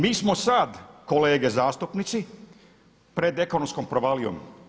Mi smo sad kolege zastupnici pred ekonomskom provalijom.